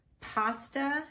pasta